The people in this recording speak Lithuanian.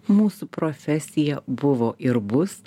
mūsų profesija buvo ir bus